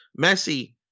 Messi